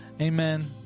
Amen